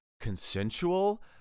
consensual